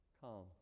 Calm